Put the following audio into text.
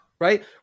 Right